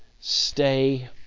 stay